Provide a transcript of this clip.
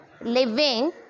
living